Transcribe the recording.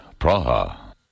Praha